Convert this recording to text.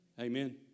Amen